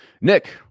Nick